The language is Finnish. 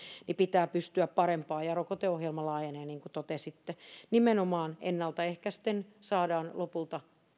pitää pystyä parempaan ja rokoteohjelma laajenee niin kuin totesitte nimenomaan ennalta ehkäisten saadaan lopulta sekä